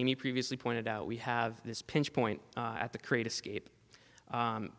amy previously pointed out we have this pinch point at the create escape